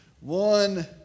one